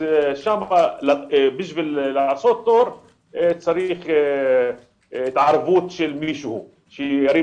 שם בשביל לעשות תור צריך התערבות של מישהו שירים